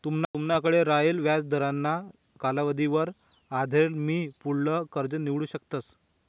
तुमनाकडे रायेल व्याजदरना कालावधीवर आधारेल तुमी पुढलं कर्ज निवडू शकतस